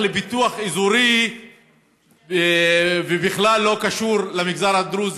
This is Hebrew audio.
הולך לפיתוח אזורי ובכלל לא קשור למגזר הדרוזי,